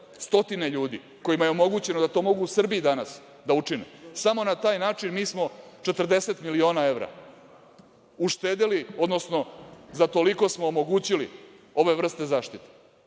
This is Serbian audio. stotine ljudi kojima je omogućeno da to mogu u Srbiji danas da učine, samo na taj način mi smo 40 miliona evra uštedeli, odnosno za toliko smo omogućili ove vrste zaštite